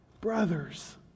Brothers